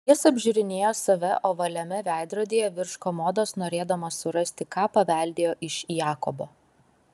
jis apžiūrinėjo save ovaliame veidrodyje virš komodos norėdamas surasti ką paveldėjo iš jakobo